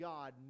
God